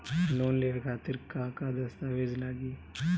Loan लेवे खातिर का का दस्तावेज लागी?